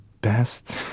best